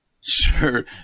Sure